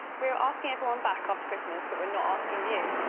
we're asking everyone back after christmas, but we're not asking you.